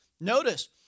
Notice